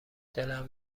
دلم